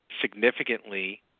significantly